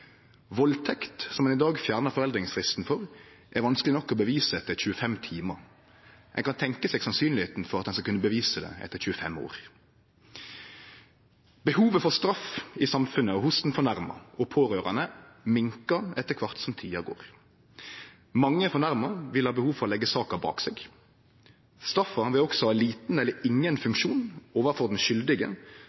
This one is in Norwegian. Valdtekt, som ein i dag fjernar foreldingsfristen for, er vanskeleg nok å bevise etter 25 timar. Ein kan tenkje seg sjansen for at ein skal kunne bevise det etter 25 år. Behovet for straff i samfunnet og hos den fornærma og dei pårørande minkar etter kvart som tida går. Mange fornærma vil ha behov for å leggje saka bak seg. Straffa vil også ha liten eller ingen funksjon overfor den